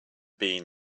bean